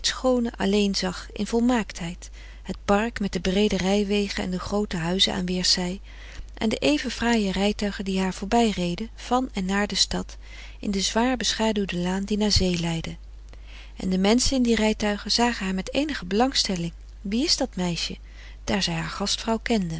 alleen zag in volmaaktheid het park met de breede rijwegen en de groote huizen aan weerszij en de even fraaie rijtuigen die haar voorbij reden van en naar de stad in de zwaar beschaduwde laan die naar zee leidde en de menschen in die rijtuigen zagen haar met eenige belangfrederik van eeden van de koele meren des doods stelling wie is dat meisje daar zij haar gastvrouw kenden